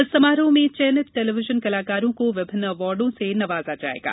इस समारोह में चयनित टेलीविजन कलाकारों को विभिन्न अवार्डो से नवाजा जाएगा